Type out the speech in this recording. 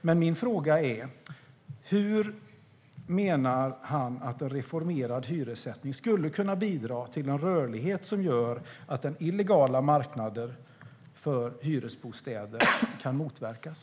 Men min fråga är: Hur menar han att en reformerad hyressättning skulle kunna bidra till en rörlighet som gör att den illegala marknaden för hyresbostäder kan motverkas?